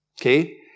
Okay